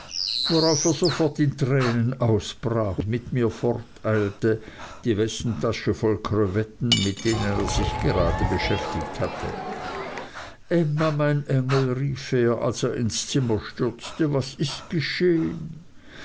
worauf er sofort in tränen ausbrach und mit mir forteilte die westentasche voll krevetten mit denen er sich gerade beschäftigt hatte emma mein engel rief er als er ins zimmer stürzte was ist geschehen